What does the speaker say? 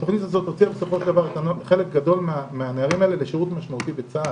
הוציאה חלק גדול מהנערים האלה לשירות משמעותי בצה"ל.